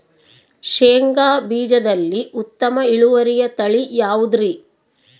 ಶೇಂಗಾ ಬೇಜದಲ್ಲಿ ಉತ್ತಮ ಇಳುವರಿಯ ತಳಿ ಯಾವುದುರಿ?